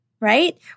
Right